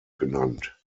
genannt